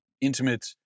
intimate